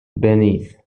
beneath